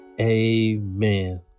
amen